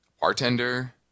bartender